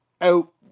out